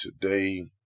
today